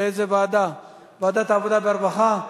ועדת העבודה והרווחה.